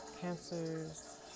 cancers